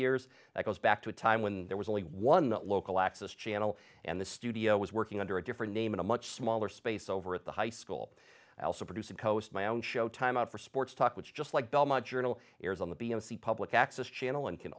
years that goes back to a time when there was only one local access channel and the studio was working under a different name in a much smaller space over at the high school also producing post my own show time out for sports talk which just like belmont journal airs on the b o c public access channel and can